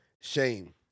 Shame